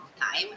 time